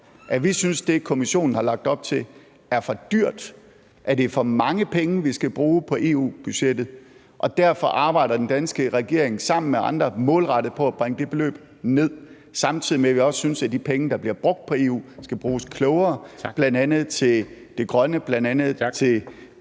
at vi synes, at det, Kommissionen har lagt op til, er for dyrt, og at det er for mange penge, vi skal bruge på EU-budgettet. Derfor arbejder den danske regering sammen med andre målrettet på at bringe det beløb ned, samtidig med at vi også synes, at de penge, der bliver brugt på EU, skal bruges klogere, bl.a. til det grønne og til